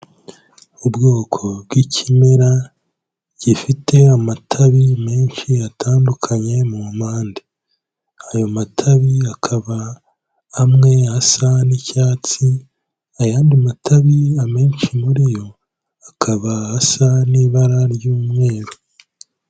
Ubwoko bw'ikimera gifite amatabi menshi atandukanye mu mpande, ayo matabi akaba amwe asa n'icyatsi, ay'andi matabi amenshi muri yo akaba asa n'ibara ry'umweru.